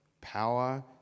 power